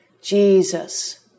Jesus